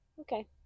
Okay